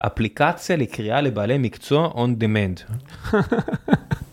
אפליקציה לקריאה לבעלי מקצוע On Demand.